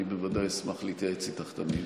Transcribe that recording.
אני בוודאי אשמח להתייעץ איתך תמיד.